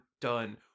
done